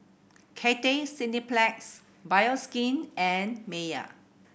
Cathay Cineplex Bioskin and Mayer